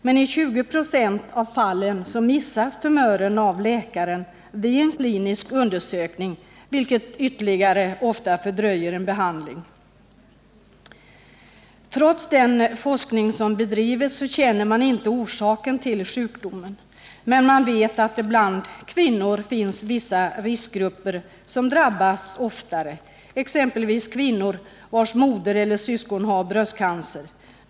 Men i 20 96 av fallen missas tumören av läkaren vid en klinisk undersökning, vilket ytterligare fördröjer en behandling. Trots den forskning som bedrivits känner man inte orsaken till sjukdomen, men man vet att det bland kvinnor finns vissa riskgrupper som drabbas oftare. Det gäller exempelvis kvinnor vilkas mödrar eller syskon har bröstcancer.